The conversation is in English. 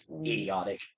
idiotic